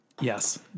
Yes